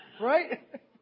Right